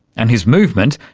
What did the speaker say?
and his movement,